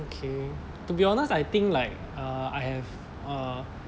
okay to be honest I think like uh I have uh